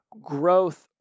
growth